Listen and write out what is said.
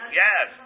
yes